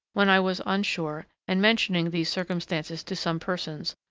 when i was on shore, and mentioning these circumstances to some persons,